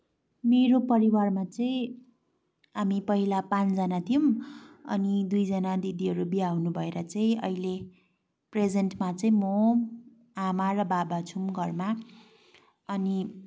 मेरो परिवारमा चाहिँ हामी पहिला पाँचजना थियौँ अनि दुईजना दिदीहरू बिहा हुनुभएर चाहिँ अहिले प्रेजेन्टमा चाहिँ म आमा र बाबा छौँ घरमा अनि